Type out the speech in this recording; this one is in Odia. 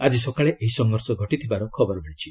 ଆଜି ସକାଳେ ଏହି ସଂଘର୍ଷ ଘଟିଥିବାର ଖବର ମିଳିଛି